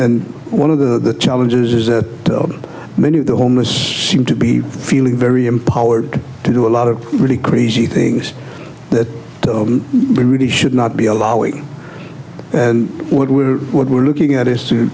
and one of the challenges is that many of the homeless seem to be feeling very empowered to do a lot of really crazy things that we really should not be allowing and what we're what we're looking at is to